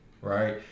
right